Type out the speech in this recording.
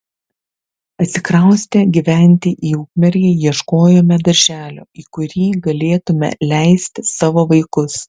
atsikraustę gyventi į ukmergę ieškojome darželio į kurį galėtumėme leisti savo vaikus